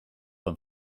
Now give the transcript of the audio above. een